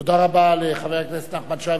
תודה רבה לחבר הכנסת נחמן שי.